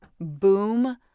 boom